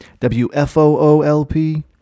WFOOLP